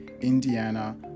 Indiana